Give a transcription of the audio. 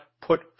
put